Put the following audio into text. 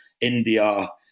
India